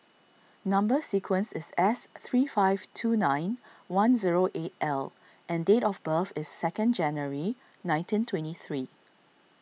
Number Sequence is S three five two nine one zero eight L and date of birth is second January nineteen twenty three